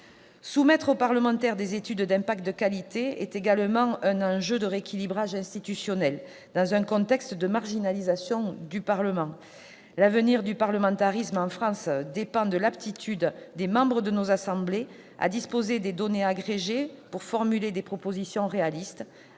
Soumettre aux parlementaires des études d'impact de qualité est également un enjeu en termes de rééquilibrage institutionnel, dans un contexte de marginalisation du Parlement. L'avenir du parlementarisme en France dépend de la possibilité, pour les membres de nos assemblées, de disposer de données agrégées pour formuler des propositions réalistes,